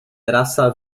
rasa